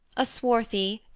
a swarthy,